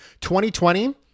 2020